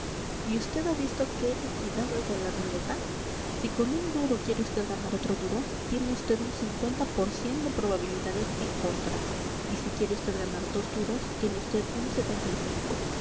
y usted ha visto qué equidad la de la ruleta si con un duro quiere usted ganar otro duro tiene usted un por de probabilidades en contra y si quiere usted ganar dos duros tiene usted un